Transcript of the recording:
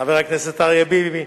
חבר הכנסת אריה ביבי,